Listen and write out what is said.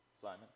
Simon